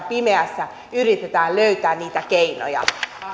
pimeässä yritetään löytää niitä keinoja